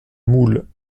moules